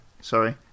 Sorry